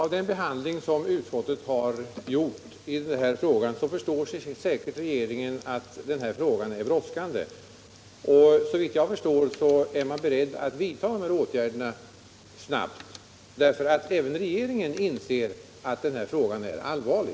Herr talman! Efter utskottets behandling av den här frågan förstår regeringen säkert att den är brådskande. Såvitt jag vet är man beredd att skyndsamt vidta de här åtgärderna, ty även regeringen inser att saken är allvarlig.